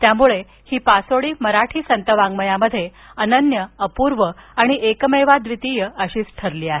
त्यामुळे ही पासोडी मराठी संतवाङ्कयात अनन्य अपूर्व आणि एकमेवाद्वितीय अशीच ठरली आहे